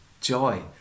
Joy